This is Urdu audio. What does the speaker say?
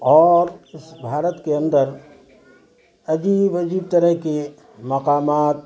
اور اس بھارت کے اندر عجیب عجیب طرح کے مقامات